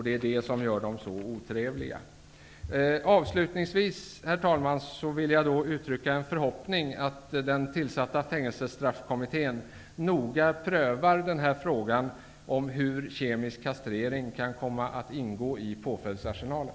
Det är det som gör dem så otrevliga. Avslutningsvis, herr talman, vill jag uttrycka en förhoppning att den tillsatta Fängelsestraffkommittén noga prövar frågan hur kemisk kastrering kan komma att ingå i påföljdsarsenalen.